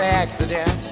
accident